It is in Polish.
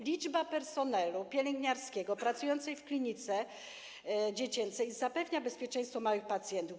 Liczba personelu pielęgniarskiego pracującego w klinice dziecięcej zapewnia bezpieczeństwo małych pacjentów.